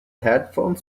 headphones